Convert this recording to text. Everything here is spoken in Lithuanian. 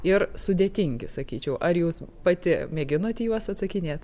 ir sudėtingi sakyčiau ar jūs pati mėginot į juos atsakinėt